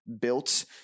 built